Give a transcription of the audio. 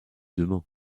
demain